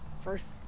first